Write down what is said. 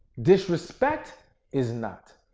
disrespect is not.